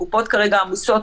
הקופות כרגע עמוסות,